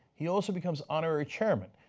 he also becomes honorary chairman,